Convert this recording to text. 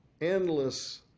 endless